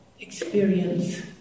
experience